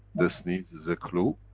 the sneeze is a clue.